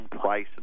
price